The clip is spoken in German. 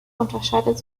unterscheidet